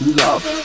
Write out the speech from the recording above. love